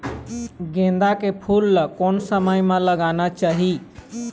गेंदा के फूल ला कोन समय मा लगाना चाही?